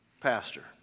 pastor